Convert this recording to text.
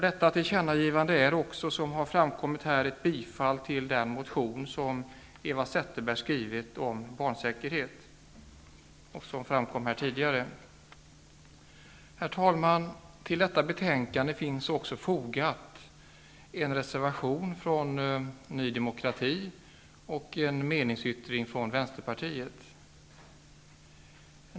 Detta tillkännagivande innebär också, som har framkommit här, hemställan om bifall till den motion som Eva Zetterberg har skrivit om barnsäkerhet. Herr talman! Till detta betänkande finns också fogade en reservation från Ny demokrati och en meningsyttring från Vänsterpartiet.